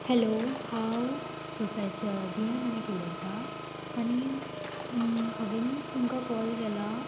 hello हांव professor Diya Naik उलयतां आनी हांवें तुमकां कॉल केलां